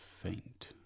faint